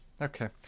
Okay